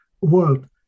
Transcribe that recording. world